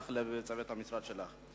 לך ולצוות המשרד שלך.